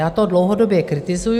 Já to dlouhodobě kritizuji.